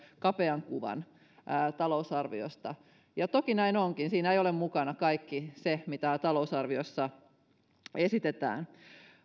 kapean kuvan talousarviosta toki näin onkin siinä ei ole mukana kaikki se mitä talousarviossa esitetään